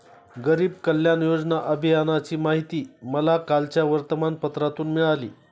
गरीब कल्याण योजना अभियानाची माहिती मला कालच्या वर्तमानपत्रातून मिळाली